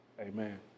Amen